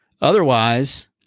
Otherwise